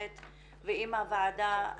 ועם הוועדה.